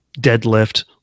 deadlift